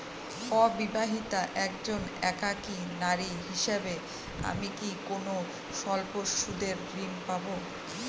অবিবাহিতা একজন একাকী নারী হিসেবে আমি কি কোনো স্বল্প সুদের ঋণ পাব?